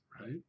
Right